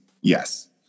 yes